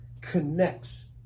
connects